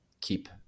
keep